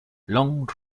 long